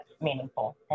meaningful